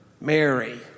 Mary